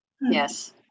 Yes